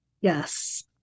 Yes